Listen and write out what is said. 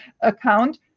account